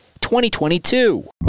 2022